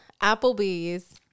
Applebee's